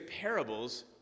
parables